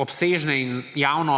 obsežne in javno